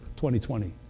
2020